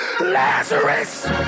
Lazarus